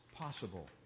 possible